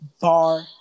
Bar